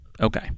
Okay